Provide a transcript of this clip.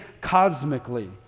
cosmically